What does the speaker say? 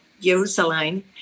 jerusalem